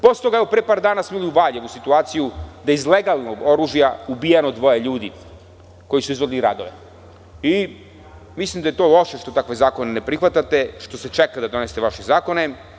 Posle toga, evo pre par dana smo imali u Valjevu situaciju da je iz legalnog oružja ubijeno dvoje ljudi koji su izvodili radove i mislim da je to loše što takve zakone ne prihvatate, što se čeka da donesete vaše zakone.